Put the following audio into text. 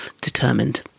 determined